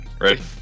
Ready